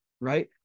right